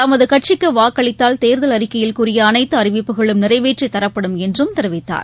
தமதுகட்சிக்குவாக்களித்தால் தேர்தல் அறிக்கையில் கூறியபல்வேறுஅறிவிப்புகளும் நிறைவேற்றிக் தரப்படும் என்றும் தெரிவித்தார்